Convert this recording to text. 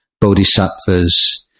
Bodhisattvas